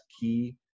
key